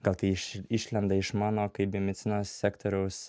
gal tai iš išlenda iš mano kaip biomedicinos sektoriaus